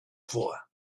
for